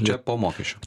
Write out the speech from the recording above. čia po mokesčių